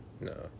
no